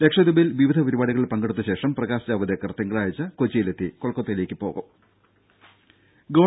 ലക്ഷദ്വീപിൽ വിവിധ പരിപാടികളിൽ പങ്കെടുത്ത ശേഷം പ്രകാശ് ജാവ്ദേക്കർ തിങ്കളാഴ്ച കൊച്ചിയിലെത്തി കൊൽക്കത്തയിലേക്ക് പോകും ദേദ ഗവ